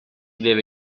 deve